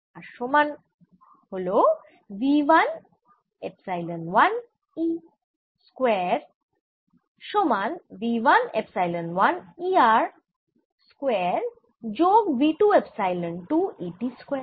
এর সমান হল v 1 এপসাইলন1 E I স্কয়ার সমান v 1 এপসাইলন1 E R স্কয়ার যোগ v 2 epsilon 2 E T square